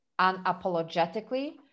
unapologetically